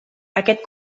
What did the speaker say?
aquest